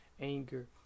anger